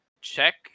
check